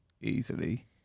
easily